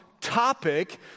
topic